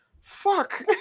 Fuck